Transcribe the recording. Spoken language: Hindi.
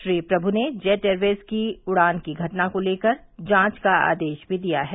श्री प्रमु ने जेट एयरवेज की उड़ान की घटना को लेकर जांच का आदेश भी दिया है